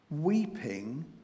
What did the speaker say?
weeping